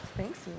Thanks